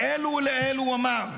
לאלו ולאלו אומר: